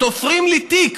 תופרים לי תיק